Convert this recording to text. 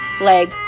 leg